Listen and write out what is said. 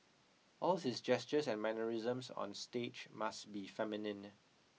all his gestures and mannerisms on stage must be feminine